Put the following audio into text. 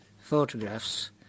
photographs